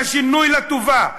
בשינוי לטובה,